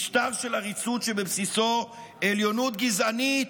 משטר של עריצות שבבסיסו עליונות גזענית.